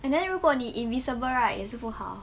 and then 如果你 invisible right 也是不好